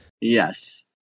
yes